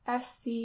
sc